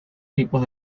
tipos